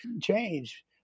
change